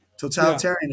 Totalitarianism